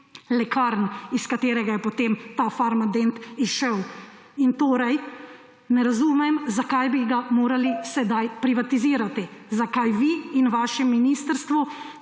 lekarn, iz katerega je potem ta Farmadent izšel. In torej ne razumem, zakaj bi ga morali sedaj privatizirati. Zakaj vi in vaše ministrstvo